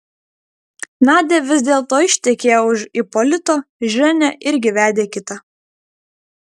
nadia vis dėlto ištekėjo už ipolito ženia irgi vedė kitą